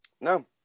No